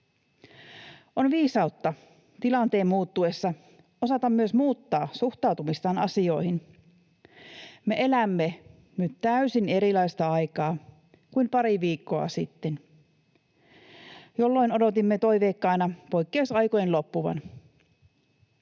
On viisautta tilanteen muuttuessa osata myös muuttaa suhtautumistaan asioihin. Me elämme nyt täysin erilaista aikaa kuin pari viikkoa sitten, jolloin odotimme toiveikkaina poikkeusaikojen loppuvan.